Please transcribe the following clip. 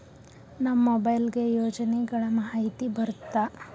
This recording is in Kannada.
ನಮ್ ಮೊಬೈಲ್ ಗೆ ಯೋಜನೆ ಗಳಮಾಹಿತಿ ಬರುತ್ತ?